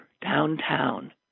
downtown